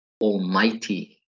almighty